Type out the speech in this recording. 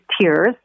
tears